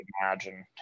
imagine